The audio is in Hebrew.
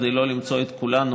כדי שלא למצוא את עצמנו